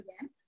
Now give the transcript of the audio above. again